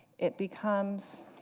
it becomes